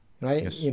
right